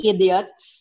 Idiots